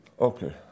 Okay